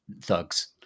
thugs